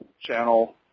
channel